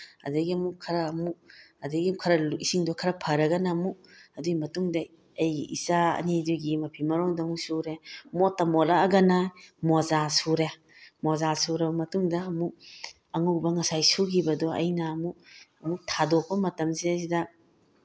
ꯑꯗꯒꯤ ꯑꯃꯨꯛ ꯈꯔ ꯑꯃꯨꯛ ꯑꯗꯒꯤ ꯈꯔ ꯏꯁꯤꯡꯗꯣ ꯈꯔ ꯐꯔꯒꯅ ꯑꯃꯨꯛ ꯑꯗꯨꯏ ꯃꯇꯨꯡꯗ ꯑꯩꯒꯤ ꯏꯆꯥ ꯑꯅꯤꯗꯨꯒꯤ ꯃꯐꯤ ꯃꯔꯣꯟꯗꯨ ꯑꯃꯨꯛ ꯁꯨꯔꯦ ꯃꯣꯠꯇ ꯃꯣꯠꯂꯛꯑꯒꯅ ꯃꯣꯖꯥ ꯁꯨꯔꯦ ꯃꯣꯖꯥ ꯁꯨꯔꯕ ꯃꯇꯨꯡꯗ ꯑꯃꯨꯛ ꯑꯉꯧꯕ ꯉꯁꯥꯏ ꯁꯨꯈꯤꯕꯗꯨ ꯑꯩꯅ ꯑꯃꯨꯛ ꯑꯃꯨꯛ ꯊꯥꯗꯣꯛꯄ ꯃꯇꯝꯁꯤꯗꯩꯗ